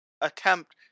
attempt